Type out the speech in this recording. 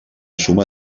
suma